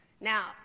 Now